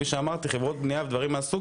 כמו למשל חברות שמירה וכדומה,